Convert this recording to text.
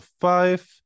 five